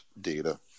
data